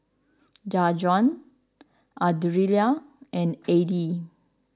Jajuan Ardelia and Eddy